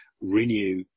renew